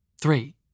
Three